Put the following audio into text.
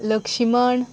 Laxman